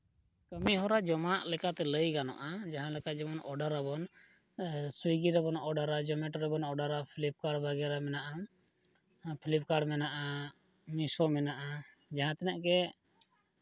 ᱠᱟᱹᱢᱤᱦᱚᱨᱟ ᱡᱚᱢᱟᱜ ᱞᱮᱠᱟᱛᱮ ᱞᱟᱹᱭ ᱜᱟᱱᱚᱜᱼᱟ ᱡᱟᱦᱟᱸ ᱞᱮᱠᱟ ᱡᱮᱢᱚᱱ ᱚᱰᱟᱨ ᱟᱵᱚᱱ ᱥᱩᱭᱜᱤ ᱨᱮᱵᱚᱱ ᱚᱰᱟᱨᱟ ᱡᱚᱢᱮᱴᱳ ᱨᱮᱵᱚᱱ ᱚᱰᱟᱨᱟ ᱯᱷᱤᱞᱤᱯᱠᱟᱨᱴ ᱵᱟᱜᱟᱨᱟ ᱢᱮᱱᱟᱜᱼᱟ ᱯᱷᱤᱞᱤᱯᱠᱟᱨᱴ ᱢᱮᱱᱟᱜᱼᱟ ᱢᱤᱥᱳ ᱢᱮᱱᱟᱜᱼᱟ ᱡᱟᱦᱟᱸ ᱛᱤᱱᱟᱹᱜ ᱜᱮ